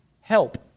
help